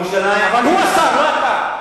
אבל הוא השר, לא אתה.